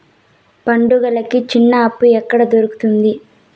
పండుగలకి చిన్న అప్పు ఎక్కడ దొరుకుతుంది